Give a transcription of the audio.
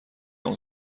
اون